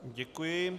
Děkuji.